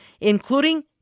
including